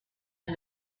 and